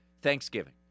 Thanksgiving